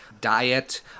diet